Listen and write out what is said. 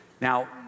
Now